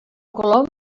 color